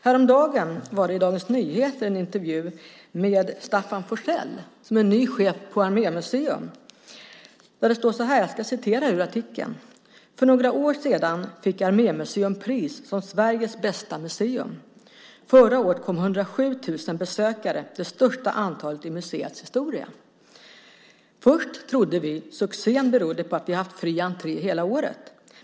Häromdagen hade Dagens Nyheter en intervju med Staffan Forssell, som är ny chef för Armémuseum, där det står så här: "För några år sedan fick Armémuseum pris som Sveriges bästa museum. Förra året kom 107.000 besökare, det största antalet i museets historia. - Först trodde vi succén berodde på att vi haft fri entré hela året.